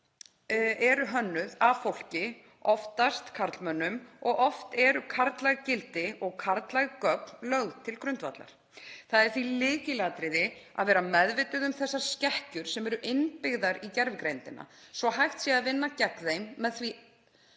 eru hönnuð af fólki, oftast karlmönnum og oft eru karllæg gildi og karllæg gögn lögð til grundvallar. Það er því lykilatriði að vera meðvituð um þessar skekkjur sem eru innbyggðar í gervigreindina svo að hægt sé að vinna gegn þeim með því